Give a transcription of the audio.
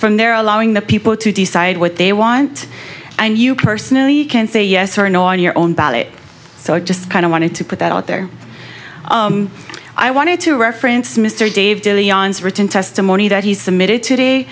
from there allowing the people to decide what they want and you personally can say yes or no on your own ballot so i just kind of wanted to put that out there i wanted to reference mr dave written testimony that he submitted today